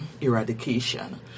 eradication